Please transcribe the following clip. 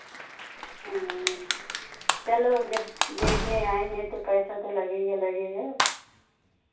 हाँ चलो जब देखने आए हैं तो पैसा तो लगेगा लगेगा